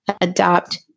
adopt